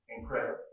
incredible